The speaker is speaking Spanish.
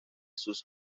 sus